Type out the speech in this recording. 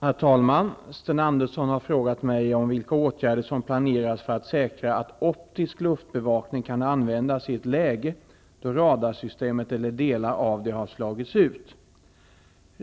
Herr talman! Sten Andersson i Malmö har frågat mig vilka åtgärder som planeras för att säkra att optisk luftbevakning kan användas i ett läge då radarsystemet eller delar av det har slagits ut.